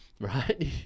right